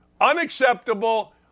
Unacceptable